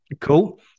Cool